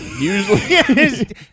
Usually